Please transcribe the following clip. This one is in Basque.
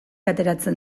ateratzen